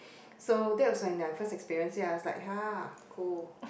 so that was when I first experience it I was like !huh! cool